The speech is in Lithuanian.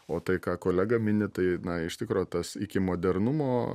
o tai ką kolega mini tai na iš tikro tas iki modernumo